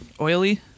oily